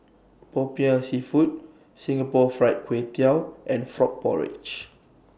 Popiah Seafood Singapore Fried Kway Tiao and Frog Porridge